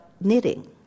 knitting